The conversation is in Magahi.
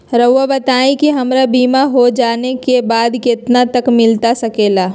रहुआ बताइए कि हमारा बीमा हो जाने के बाद कितना तक मिलता सके ला?